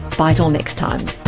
bye till next time